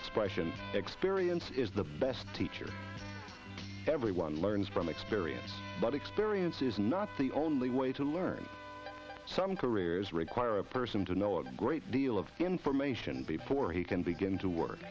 expression experience is the best teacher everyone learns from experience but experience is not the only way to learn some careers require a person to know a great deal of information before he can begin to work